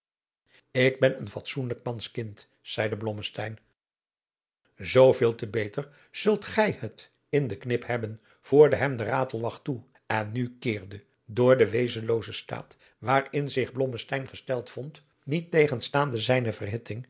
ik ben een fatsoenlijkmans kind zeide blommesteyn zooveel te beter zult gij het in den knip hebben voerde hem de ratelwacht toe en nu keerde door den weerloozen staat waarin zich blommesteyn gesteld vond niettegenstaande zijne